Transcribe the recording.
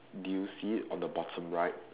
do you see it on the bottom right